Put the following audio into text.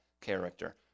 character